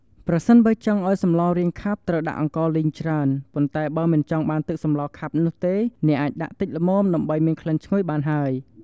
ប្រសិនបើចង់អោយសម្លរាងខាប់ត្រូវដាក់អង្ករលីងច្រើន ប៉ុន្តែបើមិនចង់បានទឹកសម្លខាប់នោះទេអាចដាក់តិចល្មមដើម្បីមានក្លិនឈ្ងុយបានហើយ។